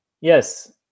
Yes